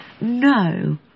no